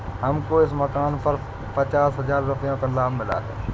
हमको इस मकान पर पचास हजार रुपयों का लाभ मिला है